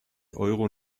euro